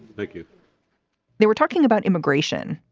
thank you they were talking about immigration,